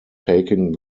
taking